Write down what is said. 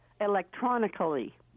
electronically